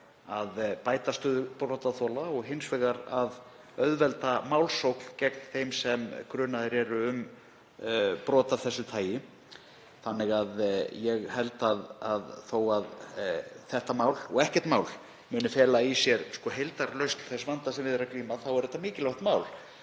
að bæta stöðu brotaþola og hins vegar að auðvelda málsókn gegn þeim sem grunaðir eru um brot af þessu tagi. Þannig að þó að þetta mál og reyndar ekkert mál muni fela í sér heildarlausn þess vanda sem við er að glíma þá er þetta mikilvægt mál.